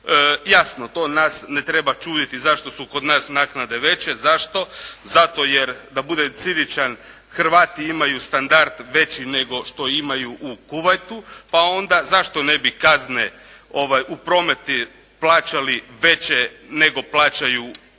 Jasno, to nas ne treba čuditi zašto su kod nas naknade veće. Zašto? Zato jer da budem ciničan Hrvati imaju standard veći nego što imaju u Kuvajtu, pa onda zašto ne bi kazne u prometu plaćali veće nego plaćaju Nijemci.